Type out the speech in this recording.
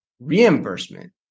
reimbursement